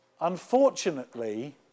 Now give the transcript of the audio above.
Unfortunately